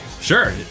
Sure